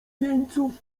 jeńców